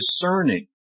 discerning